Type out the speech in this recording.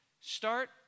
Start